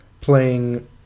playing